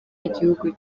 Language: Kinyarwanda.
igihugu